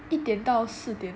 一点到四点